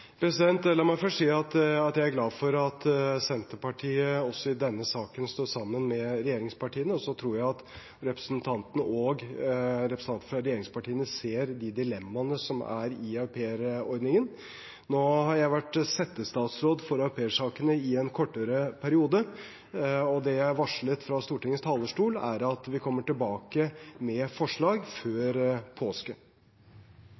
La meg først si at jeg er glad for at Senterpartiet også i denne saken står sammen med regjeringspartiene. Så tror jeg at representanten Greni og representanter fra regjeringspartiene ser de dilemmaene som er i aupairordningen. Nå har jeg vært settestatsråd for aupairsakene i en kortere periode, og det jeg varslet fra Stortingets talerstol, er at vi kommer tilbake med forslag